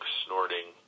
snorting